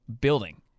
building